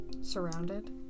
Surrounded